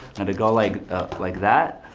and to go like ah like that.